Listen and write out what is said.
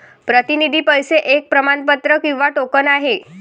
प्रतिनिधी पैसे एक प्रमाणपत्र किंवा टोकन आहे